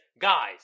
guys